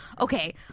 Okay